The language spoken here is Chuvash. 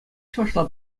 чӑвашла